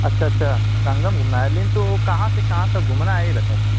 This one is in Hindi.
अच्छा अच्छा संगम घूमना है लिन तो कहाँ से कहाँ तक घूमना है ये बताइए